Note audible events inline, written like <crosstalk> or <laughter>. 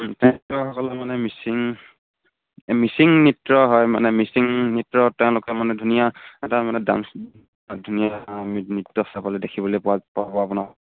<unintelligible> সকলে মানে মিচিং মিচিং নৃত্য হয় মানে মিচিং নৃত্য তেওঁলোকে মানে ধুনীয়া এটা মানে ডান্স ধুনীয়া নৃত্য চাবলৈ দেখিবলৈ পোৱা যাব আপোনাৰ